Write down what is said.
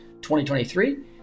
2023